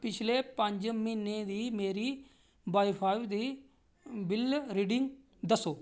पिछले पंज म्हीनें दी मेरी वाई फाई दी बिल रीडिंग दस्सो